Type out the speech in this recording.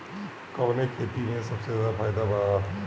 कवने खेती में सबसे ज्यादा फायदा बा?